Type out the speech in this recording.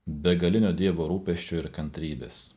begalinio dievo rūpesčio ir kantrybės